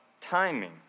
timing